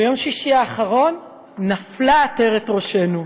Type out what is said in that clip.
ביום שישי האחרון נפלה עטרת ראשנו.